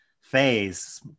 phase